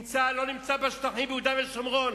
אם צה"ל לא נמצא בשטחים ביהודה ושומרון,